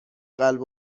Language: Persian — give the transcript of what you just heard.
قلب